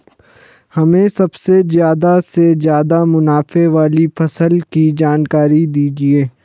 हमें सबसे ज़्यादा से ज़्यादा मुनाफे वाली फसल की जानकारी दीजिए